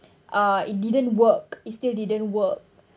uh it didn't work it still didn't work